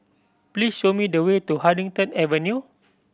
please show me the way to Huddington Avenue